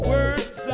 Words